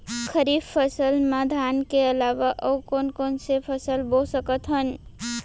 खरीफ फसल मा धान के अलावा अऊ कोन कोन से फसल बो सकत हन?